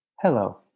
Hello